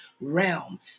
realm